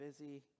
busy